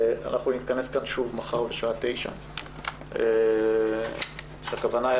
נתכנס כאן שוב מחר בשעה 9. הכוונה היא